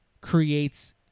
creates